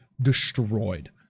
destroyed